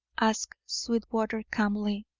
asked sweetwater calmly.